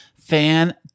fan